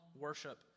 worship